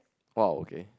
!wow! okay